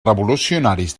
revolucionaris